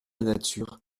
nature